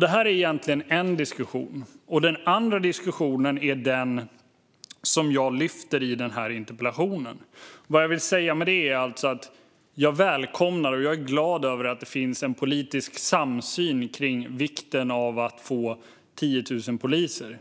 Detta är en diskussion. Den andra diskussionen är den som jag tar upp i min interpellation. Jag välkomnar och är glad över att det finns en politisk samsyn om vikten av att få 10 000 poliser.